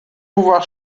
pourvoir